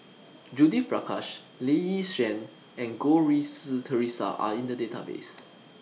Judith Prakash Lee Yi Shyan and Goh Rui Si Theresa Are in The Database